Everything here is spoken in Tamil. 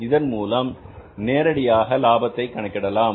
இதன் மூலம் நேரடியாக லாபத்தை கணக்கிடலாம்